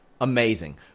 amazing